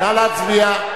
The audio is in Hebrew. נא להצביע.